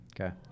Okay